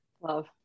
love